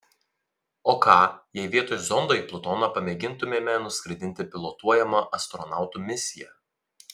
o ką jei vietoj zondo į plutoną pamėgintumėme nuskraidinti pilotuojamą astronautų misiją